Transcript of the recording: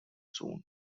soon